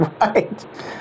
Right